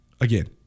again